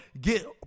Get